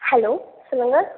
hello சொல்லுங்கள்